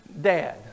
dad